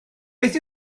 beth